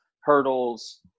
hurdles